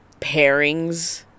pairings